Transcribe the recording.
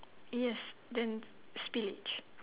yes then spillage